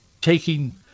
taking